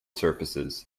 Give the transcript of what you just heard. surfaces